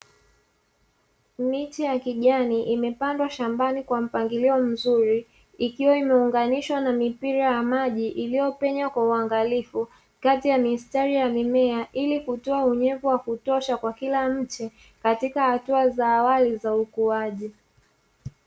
Miti ya kijani imepandwa shambani kwa mpangilio mzuri, ikiwa imeunganishwa na mipira ya maji iliyopenya kwa uangalifu, kati ya mimea ili kutoa unyevu wa kutosha kwa kila mche, katika hatua za awali za ukuaji.